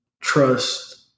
trust